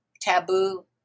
taboo